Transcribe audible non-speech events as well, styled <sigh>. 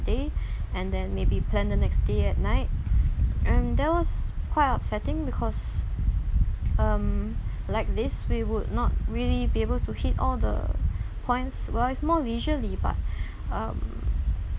day <breath> and then maybe plan the next day at night and that was quite upsetting because um like this we would not really be able to hit all the points while it's more leisurely but <breath> um